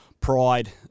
Pride